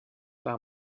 par